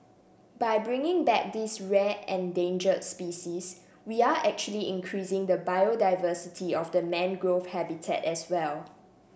by bringing back this rare endangered species we are actually increasing the biodiversity of the mangrove habitat as well